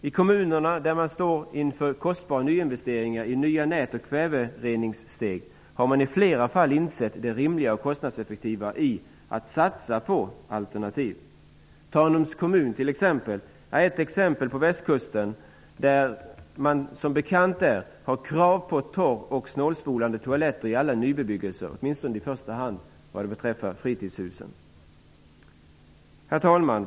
I kommunerna, där man står inför kostbara nyinvesteringar i nya nät och kvävereningssteg, har man i flera fall insett det rimliga och kostnadseffektiva i att satsa på alternativ. Tanums kommun på västkusten är ett exempel. Där råder, som säkert är bekant, krav på torr eller snålspolande toaletter i nybebyggelse, i första hand vad beträffar fritidshus. Herr talman!